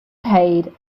paid